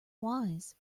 wise